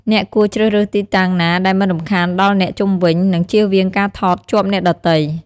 អ្នកគួរជ្រើសរើសទីតាំងណាដែលមិនរំខានដល់អ្នកជុំវិញ និង ជៀសវាងការថតជាប់អ្នកដទៃ។